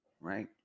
Right